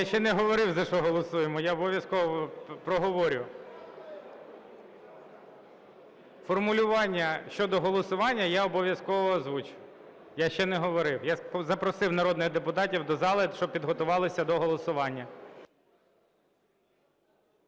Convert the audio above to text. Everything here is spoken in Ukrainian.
я ще не говорив, за що голосуємо. Я обов'язково проговорю. Формулювання щодо голосування я обов'язково озвучу. Я ще не говорив. Я запросив народних депутатів до зали, щоб підготувалися до голосування.